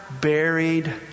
buried